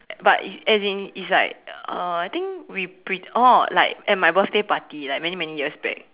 but is as in it's like uh I think we pretend oh like at my birthday party like many many years back